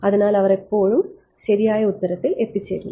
അതിനാൽ അവർ എല്ലായ്പ്പോഴും ശരിയായ ഉത്തരത്തിൽ എത്തിച്ചേരുന്നു